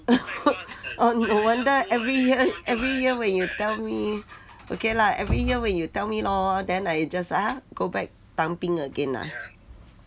orh n~ no wonder every year every year when you tell me okay lah every year when you tell me lor then I just ah go back 当兵 again ah